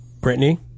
Brittany